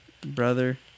Brother